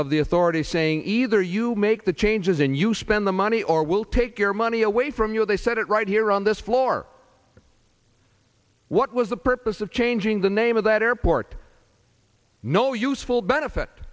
of the authority saying either you make the changes and you spend the money or we'll take your money away from you they said it right here on this floor what was the purpose of changing the name of that airport no useful benefit